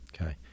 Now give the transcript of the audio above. Okay